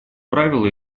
правило